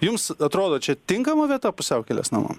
jums atrodo čia tinkama vieta pusiaukelės namam